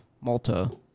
Malta